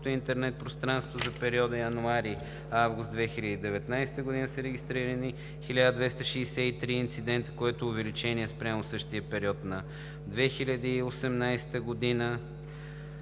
за периода януари – август 2019 г. са регистрирани 1263 инцидента, което е увеличение спрямо същия период на 2018 г.